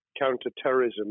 counter-terrorism